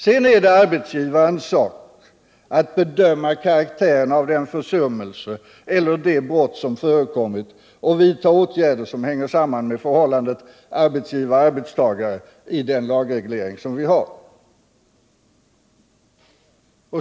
Sedan är det arbetsgivarens sak att bedöma karaktären av den försummelse eller det brott som har förekommit och vidta åtgärder, som hänger samman med förhållandet arbetsgivare-arbetstagare i gällande lagreglering.